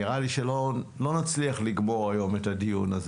נראה לי שלא נצליח לגמור היום את הדיון הזה,